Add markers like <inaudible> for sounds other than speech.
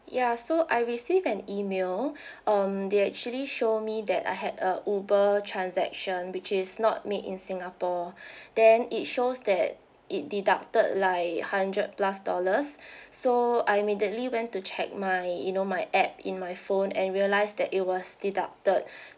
ya so I receive an email <breath> um they actually show me that I had a over transaction which is not made in singapore <breath> then it shows that it deducted like hundred plus dollars <breath> so I immediately went to check my you know my app in my phone and realise that it was deducted <breath>